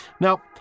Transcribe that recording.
Now